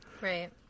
Right